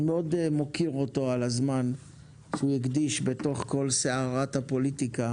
אני מאוד מוקיר אותו הזמן שהוא הקדיש בתוך כל סערת הפוליטיקה